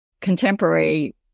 contemporary